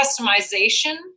customization